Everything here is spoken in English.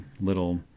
little